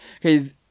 Okay